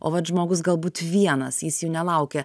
o vat žmogus galbūt vienas jis jų nelaukia